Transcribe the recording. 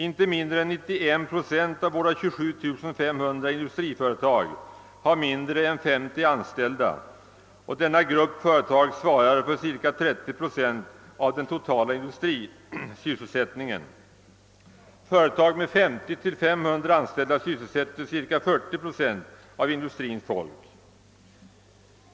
Inte mindre än 91 procent av våra 27500 industriföretag har mindre än 50 anställda, och denna grupp företag svarar för cirka 30 procent av cen totala industrisysselsättningen. Företag med 50—500 anställda sysselsätter cirka 40 procent av industrins folk.